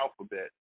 Alphabet